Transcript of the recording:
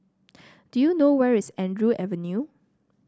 do you know where is Andrew Avenue